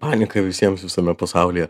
panieka visiems visame pasaulyje